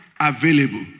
available